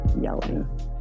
yelling